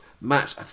match